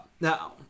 Now